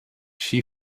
she